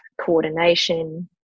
coordination